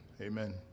amen